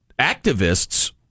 activists